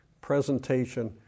presentation